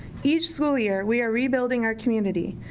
each school year we are rebuilding our community.